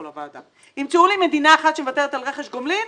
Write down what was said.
לוועדה תמצאו לי מדינה אחת שמוותרת על רכש גומלין,